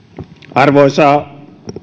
arvoisa